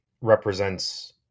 represents